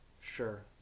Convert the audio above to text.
Sure